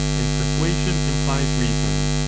and persuasion implies reason.